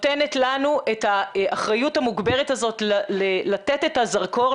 נותנת לנו את האחריות המוגברת הזאת לתת את הזרקור,